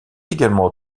également